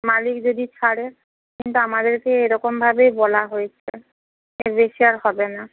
মালিক যদি ছাড়ে কিন্তু আমাদেরকে এরকমভাবেই বলা হয়েছে এর বেশি আর হবে না